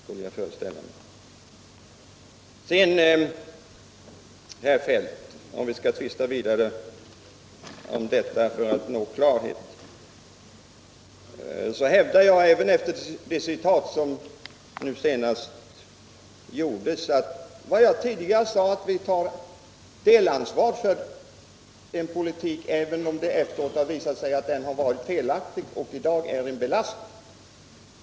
Sedan, herr Feldt, om vi skall tvista vidare för att nå klarhet, hävdar jag även efter att ha hört det citat som anfördes att vi tar vårt delansvar för politiken även om det efteråt har visat sig att den var felaktig och i dag är en belastning.